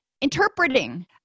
Interpreting